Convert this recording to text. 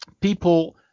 people